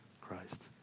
Christ